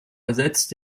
ersetzt